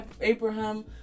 Abraham